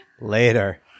later